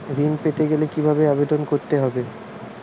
ঋণ পেতে গেলে কিভাবে আবেদন করতে হবে?